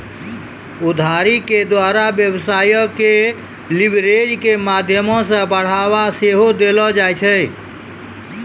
उधारी के द्वारा व्यवसायो के लीवरेज के माध्यमो से बढ़ाबा सेहो देलो जाय छै